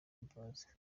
imbabazi